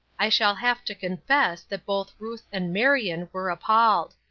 i shall have to confess that both ruth and marion were appalled.